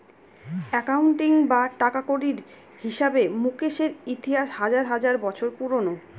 accounting বা টাকাকড়ির হিসাবে মুকেশের ইতিহাস হাজার হাজার বছর পুরোনো